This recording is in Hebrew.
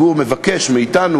כשהציבור מבקש מאתנו,